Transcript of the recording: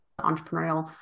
entrepreneurial